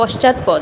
পশ্চাৎপদ